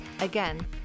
again